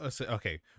Okay